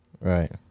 Right